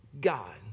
God